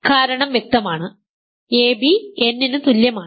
കാരണം വ്യക്തമാണ് ab n ന് തുല്യമാണ്